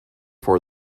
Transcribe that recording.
for